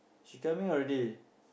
she coming already